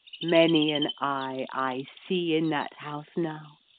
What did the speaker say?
many an eye i see in that house now,